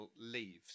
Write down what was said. Leaves